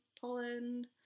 Poland